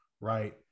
Right